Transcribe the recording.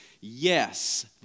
Yes